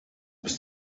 bis